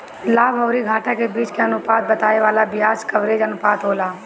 लाभ अउरी घाटा के बीच के अनुपात के बतावे वाला बियाज कवरेज अनुपात होला